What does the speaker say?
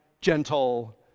gentle